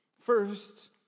First